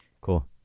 Cool